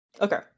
Okay